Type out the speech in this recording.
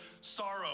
sorrow